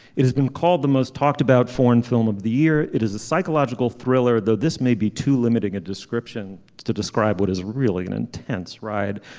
it has been called the most talked about foreign film of the year. it is a psychological thriller though this may be too limiting a description to describe what is really an intense ride.